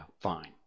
fine